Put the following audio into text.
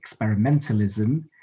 experimentalism